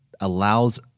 allows